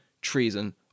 treason